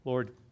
Lord